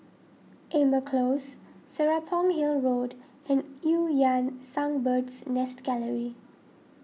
Amber Close Serapong Hill Road and Eu Yan Sang Bird's Nest Gallery